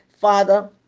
Father